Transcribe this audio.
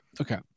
okay